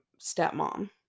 stepmom